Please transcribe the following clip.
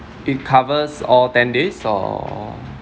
it covers all ten days or